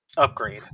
upgrade